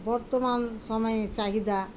বর্তমান সময়ে চাহিদা